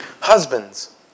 Husbands